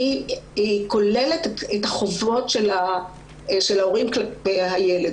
היא כוללת את החובות של ההורים כלפי הילד.